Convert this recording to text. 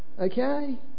okay